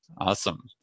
Awesome